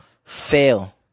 Fail